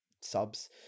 subs